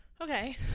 Okay